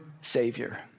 savior